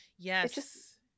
Yes